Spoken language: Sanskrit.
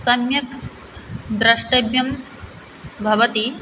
सम्यक् द्रष्टव्यं भवति